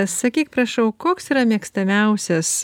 sakyk prašau koks yra mėgstamiausias